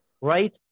Right